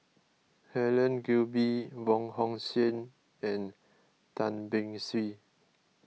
Helen Gilbey Wong Hong Suen and Tan Beng Swee